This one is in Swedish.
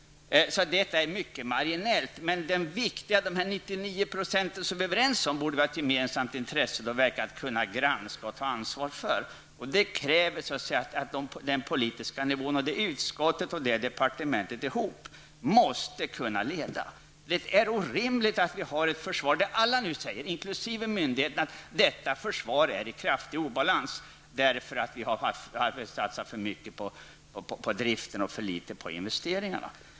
Detta är alltså mycket marginellt. I fråga om de 99 % där vi är överens, borde vi ha ett gemensamt intresse av att verkligen kunna granska materialet och ta ansvar för besluten. Det kräver att vi på den politiska nivån -- utskottet och ansvarigt departement -- tillsammans måste kunna ta ledningen. Det är orimligt att vi har ett försvar som alla, inkl. myndigheterna, anser är i kraftig obalans, därför att vi har satsat för mycket på driften och för litet på investeringarna.